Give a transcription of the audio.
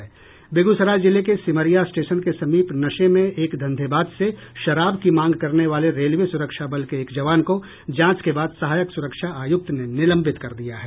बेगूसराय जिले के सिमरिया स्टेशन के समीप नशे में एक धंधेबाज से शराब की मांग करने वाले रेलवे सुरक्षा बल के एक जवान को जांच के बाद सहायक सुरक्षा आयुक्त ने निलंबित कर दिया है